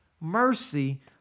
mercy